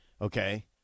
Okay